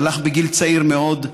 הלך בגיל צעיר מאוד,